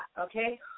okay